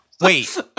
Wait